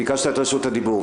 ביקשת את רשות הדיבור,